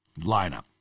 lineup